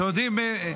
אתם יודעים,